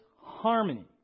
harmony